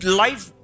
life